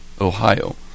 Ohio